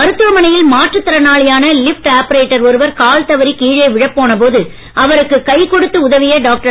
மருத்துவமனையில் மாற்றுத் திறனாளியான லிப்ட் ஆபரேட்டர் ஒருவர் கால் தவறி கீழே விழப் போன போது அவருக்கு கை கொடுத்த உதவிய டாக்டர்